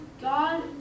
God